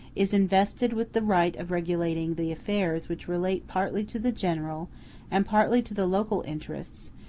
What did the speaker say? is invested with the right of regulating the affairs which relate partly to the general and partly to the local interests,